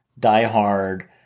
diehard